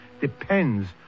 depends